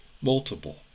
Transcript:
Multiple